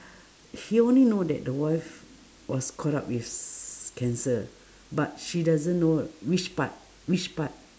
he only know that the wife was caught up with s~ cancer but she doesn't know which part which part